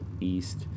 East